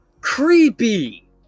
Creepy